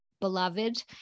beloved